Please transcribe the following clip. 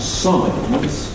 signs